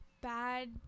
bad